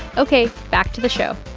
ok, back to the show